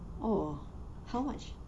oh how much